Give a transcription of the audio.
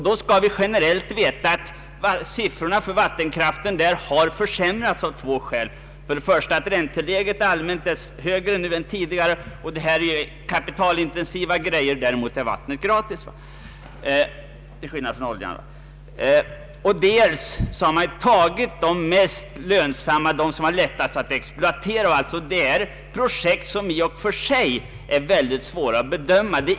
Vi skall därvid veta att siffrorna för vattenkraften har försämrats av två skäl. Det första är att ränteläget allmänt är högre nu än tidigare. Det gäller ju kapitalintensiva projekt — däremot får man vattnet gratis till skillnad mot oljan. Det andra skälet är att man har utnyttjat de vattenfall som är lönsammast och lättast att exploatera. Det gäller nu projekt som i och för sig är mycket svåra att bedöma.